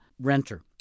renter